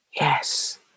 Yes